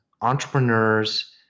entrepreneurs